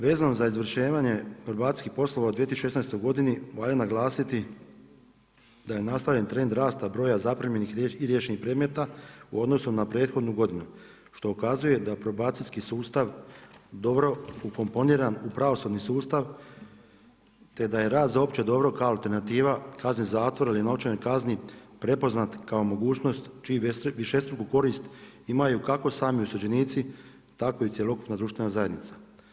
Vezano za izvršivanje probacijskih poslova u 2016. godini valja naglasiti da je nastavljen trend rasta broja zaprimljenih i riješenih predmeta u odnosu na prethodnu godinu što ukazuje da probacijski sustav dobro ukomponiran u pravosudni sustav, te da je rad za opće dobro kao alternativa kazni zatvora ili novčanoj kazni prepoznat kao mogućnost čiju višestruku korist imaju kako sami osuđenici, tako i cjelokupna društvena zajednica.